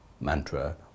mantra